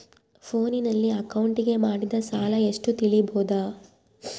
ಫೋನಿನಲ್ಲಿ ಅಕೌಂಟಿಗೆ ಮಾಡಿದ ಸಾಲ ಎಷ್ಟು ತಿಳೇಬೋದ?